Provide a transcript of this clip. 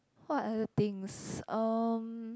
what are the things um